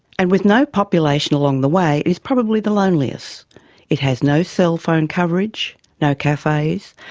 and with no population along the way, it is probably the loneliest it has no cell phone coverage, no cafes,